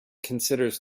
considers